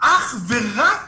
אך ורק